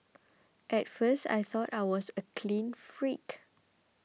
at first I thought I was a clean freak